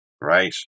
Right